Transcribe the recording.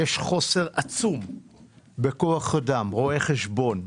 יש חוסר עצום בכוח אדם: רואי חשבון,